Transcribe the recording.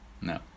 No